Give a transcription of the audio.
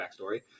backstory